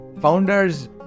founders